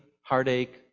heartache